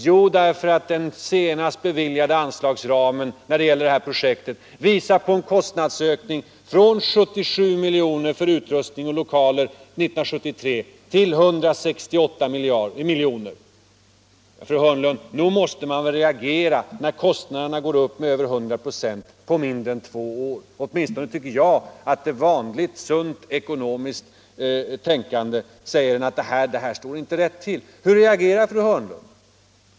Jo, därför att den senast beviljade anslagsramen när det gäller det här projektet visar på en kostnadsökning från 77 milj.kr. år 1973 för utrustning och lokaler till 168 milj.kr. Nog måste man väl, fru Hörnlund, reagera när kostnaderna går upp med över 100 96 på mindre än två år. Åtminstone tycker jag att vanligt sunt ekonomiskt tänkande säger en att det här inte står rätt till. Hur reagerar fru Hörnlund?